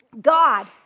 God